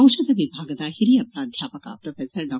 ಔಷಧ ವಿಭಾಗದ ಹಿರಿಯ ಪ್ರಾಧ್ಯಾಪಕ ಪ್ರೊಪೆಸರ್ ಡಾ